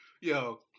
Yo